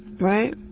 Right